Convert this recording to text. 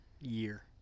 year